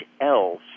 else